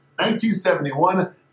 1971